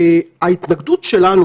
ההתנגדות שלנו,